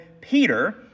Peter